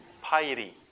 piety